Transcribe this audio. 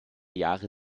jahre